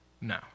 No